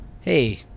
hey